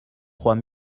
trois